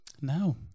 No